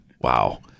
Wow